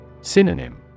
Synonym